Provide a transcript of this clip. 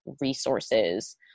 resources